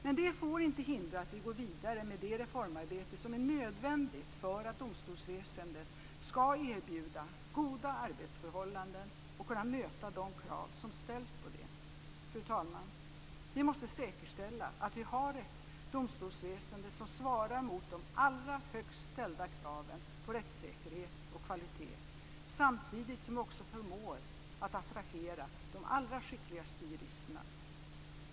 Men det får inte hindra att vi går vidare med det reformarbete som är nödvändigt för att domstolsväsendet ska erbjuda goda arbetsförhållanden och kunna möta de krav som ställs på det. Fru talman! Vi måste säkerställa att vi har ett domstolsväsende som svarar mot de allra högst ställda kraven på rättssäkerhet och kvalitet, samtidigt som vi också förmår attrahera de allra skickligaste juristerna.